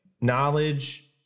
knowledge